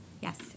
yes